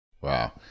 Wow